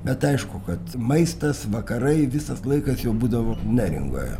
bet aišku kad maistas vakarai visas laikas jo būdavo neringoje